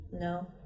No